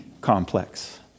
complex